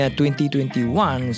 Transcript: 2021